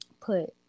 put